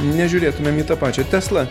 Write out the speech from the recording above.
nežiūrėtumėm į tą pačią teslą